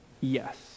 yes